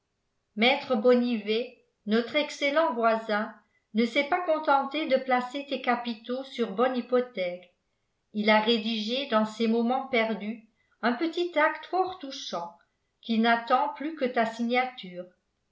maître bonnivet notre excellent voisin ne s'est pas contenté de placer tes capitaux sur bonne hypothèque il a rédigé dans ses moments perdus un petit acte fort touchant qui n'attend plus que ta signature